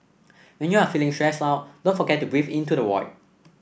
when you are feeling stressed out don't forget to breathe into the void